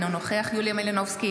אינו נוכח יוליה מלינובסקי,